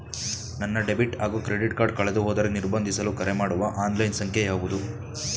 ನನ್ನ ಡೆಬಿಟ್ ಹಾಗೂ credit card ಕಳೆದುಹೋದರೆ ನಿರ್ಬಂಧಿಸಲು ಕರೆಮಾಡುವ ಆನ್ಲೈನ್ ಸಂಖ್ಯೆಯಾವುದು?